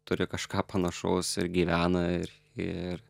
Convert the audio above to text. turi kažką panašaus ir gyvena ir ir